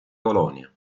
colonia